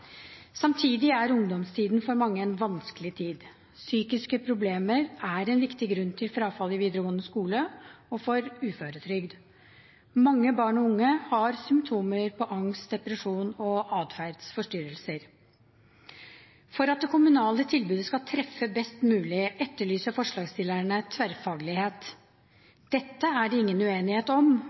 Samtidig er ungdomstiden for mange en vanskelig tid. Psykiske problemer er en viktig grunn til frafall i videregående skole og til uføretrygd. Mange barn og unge har symptomer på angst, depresjon og atferdsforstyrrelser. For at det kommunale tilbudet skal treffe best mulig, etterlyser forslagsstillerne tverrfaglighet. Dette er det ingen uenighet om,